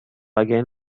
again